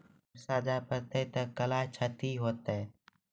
बरसा जा पढ़ते थे कला क्षति हेतै है?